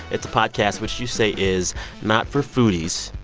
it's a podcast which you say is not for foodies.